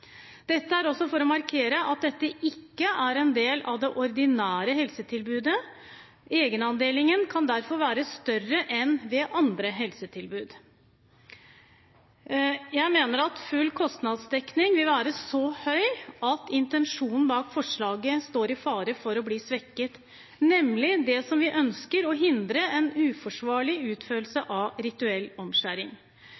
Dette er også for å markere at dette ikke er en del av det ordinære helsetilbudet. Egenandelen kan derfor være større enn ved andre helsetilbud. Jeg mener at full kostnadsdekning vil bli så dyrt at intensjonen bak forslaget står i fare for å bli svekket, nemlig at vi ønsker å hindre en uforsvarlig